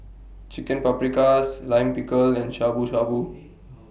Chicken Paprikas Lime Pickle and Shabu Shabu